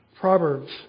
Proverbs